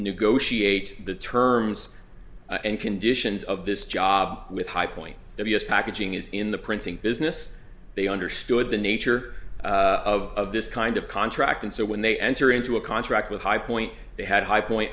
negotiate the terms and conditions of this job with high point that yes packaging is in the printing business they understood the nature of this kind of contract and so when they enter into a contract with high point they had a high point